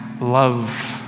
love